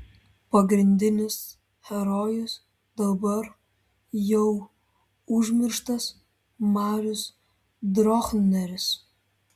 pagrindinis herojus dabar jau užmirštas marius drochneris